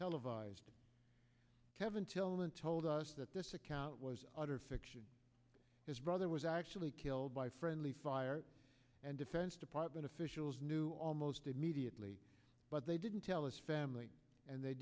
televised kevin tillman told us that this account was utter fiction his brother was actually killed by friendly fire and defense department officials knew almost a midi atlee but they didn't tell us family and they